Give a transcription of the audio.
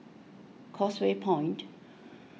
Causeway Point